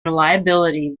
reliability